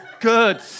good